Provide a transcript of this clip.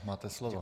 Máte slovo.